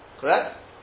correct